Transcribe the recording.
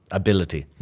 ability